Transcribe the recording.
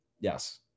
Yes